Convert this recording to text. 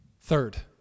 Third